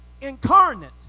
incarnate